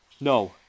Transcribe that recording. No